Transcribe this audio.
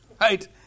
Right